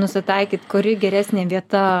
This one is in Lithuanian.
nusitaikyt kuri geresnė vieta